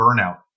burnout